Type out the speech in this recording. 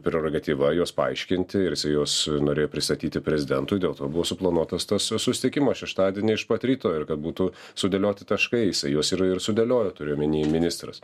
prerogatyva juos paaiškinti ir jisai juos norėjo pristatyti prezidentui dėl to buvo suplanuotas tas susitikimas šeštadienį iš pat ryto ir kad būtų sudėlioti taškai jisai juos ir ir sudėliojo turiu omeny ministras